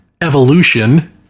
evolution